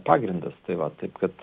pagrindas tai va taip kad